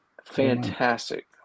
fantastic